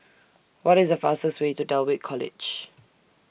What IS The fastest Way to Dulwich College